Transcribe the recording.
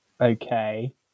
okay